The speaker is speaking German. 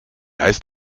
heißt